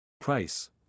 Price